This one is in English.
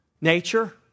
nature